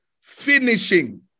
finishing